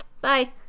Bye